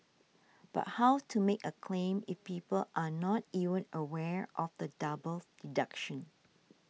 but how to make a claim if people are not even aware of the double deduction